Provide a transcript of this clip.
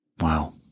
Wow